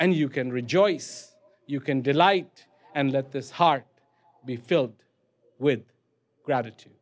and you can rejoice you can delight and let this heart be filled with gratitude